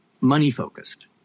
money-focused